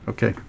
Okay